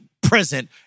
present